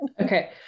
Okay